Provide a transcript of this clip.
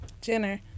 Jenner